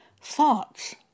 thoughts